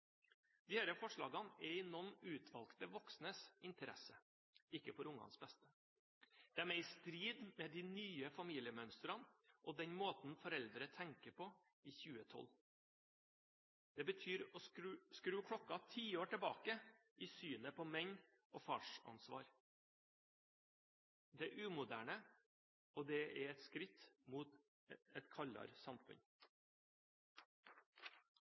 forslagene er i noen utvalgte voksnes interesse, ikke for ungenes beste. De er i strid med de nye familiemønstrene og den måten foreldre tenker på i 2012. Det betyr å skru klokken tiår tilbake i synet på menn og farsansvar. Det er umoderne, og det er et skritt mot et kaldere samfunn.